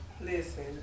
Listen